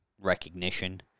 recognition